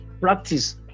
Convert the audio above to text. practice